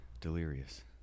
Delirious